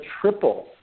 triple